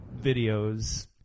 videos